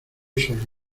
solito